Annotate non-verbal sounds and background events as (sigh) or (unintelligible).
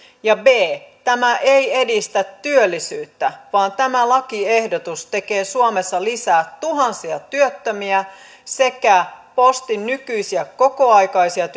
ja b tämä ei edistä työllisyyttä vaan tämä lakiehdotus tekee suomessa tuhansia työttömiä lisää sekä postin nykyisillä kokoaikaisilla (unintelligible)